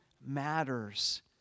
matters